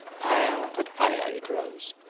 higher and higher it rose,